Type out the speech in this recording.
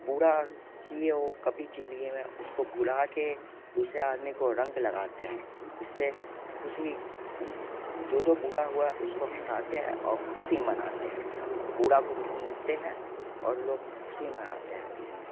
बुरा किये हो कभी जिंदगी में उसको भुला के दूसरे आदमी को रंग लगाते हैं इससे खुशी जो जो बुरा हुआ उसको हटाते हैं और खुशी मनाते हैं बुरा को भुलाते हैं और लोग खुशी मनाते हैं इसमें